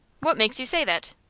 what makes you say that?